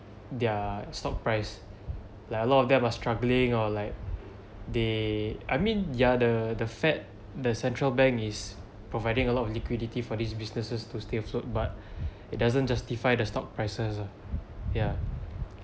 their stock price like a lot of them are struggling or like they I mean ya the the fed the central bank is providing a lot of liquidity for these businesses to stay afloat but it doesn't justify the stock prices ah ya